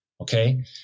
Okay